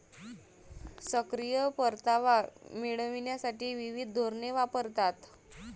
सक्रिय परतावा मिळविण्यासाठी विविध धोरणे वापरतात